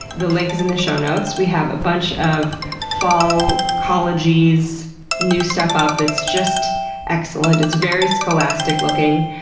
the link is in the show notes. we have a bunch of fall collegies new stuff up that's just excellent. it's very scholastic looking.